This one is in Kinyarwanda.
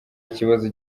ikibazo